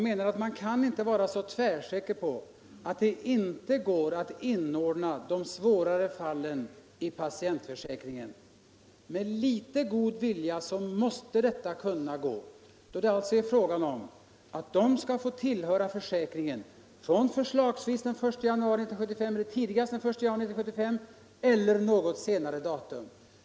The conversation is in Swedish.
Man kan inte vara så tvärsäker på att det inte går att inordna de svårare fallen i patientförsäkringen. Med litet god vilja måste detta kunna gå. Det är alltså fråga om att de skall få tillhöra försäkringen förslagsvis tidigast från den 1 januari 1975 eller något senare datum.